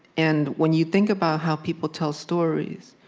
and when you think about how people tell stories,